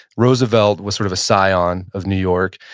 roosevelt was sort of a scion of new york,